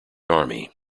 army